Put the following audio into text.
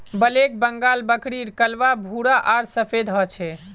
black Bengal बकरीर कलवा भूरा आर सफेद ह छे